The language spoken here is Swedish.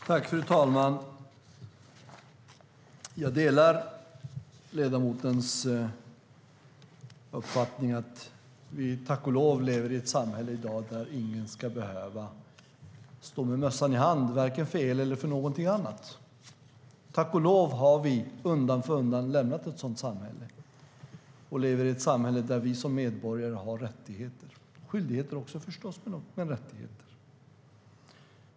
Fru talman! Jag delar ledamotens uppfattning när det gäller att vi i dag lever i ett samhälle där ingen ska behöva stå med mössan i hand, varken för el eller någonting annat. Tack och lov har vi undan för undan lämnat ett sådant samhälle och lever i ett samhälle där vi som medborgare har rättigheter, och förstås även skyldigheter.